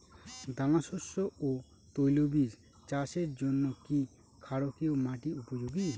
দানাশস্য ও তৈলবীজ চাষের জন্য কি ক্ষারকীয় মাটি উপযোগী?